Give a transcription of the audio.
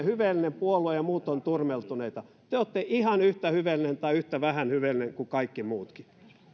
hyveellinen puolue ja muut ovat turmeltuneita te olette ihan yhtä hyveellinen tai yhtä vähän hyveellinen kuin kaikki muutkin